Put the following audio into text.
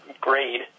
grade